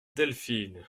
delphine